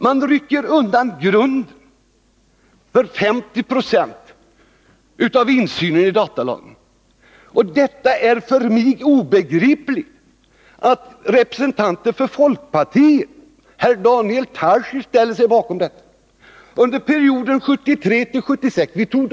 Man rycker undan grunden för 50 20 av insynen i dataverksamheten. Det är för mig obegripligt att representanter för folkpartiet, t.ex. Daniel Tarschys, ställer sig bakom detta. Vi antog datalagen 1973 i kammaren.